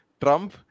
Trump